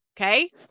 okay